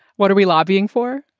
what are we lobbying for?